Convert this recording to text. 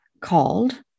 called